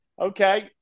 okay